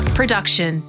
production